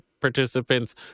participants